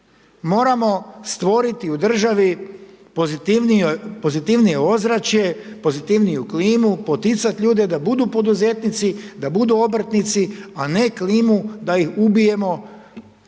Moramo stvoriti u državi pozitivnije ozračje, pozitivniju klimu, poticati ljude da budu poduzetnici, da budu obrtnici a ne klimu da ih ubijemo